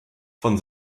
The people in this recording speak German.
von